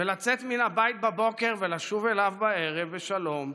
ולצאת מן הבית בבוקר ולשוב אליו בערב בשלום.